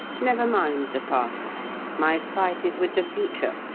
never mind the past my fight is with the future,